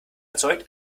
erzeugt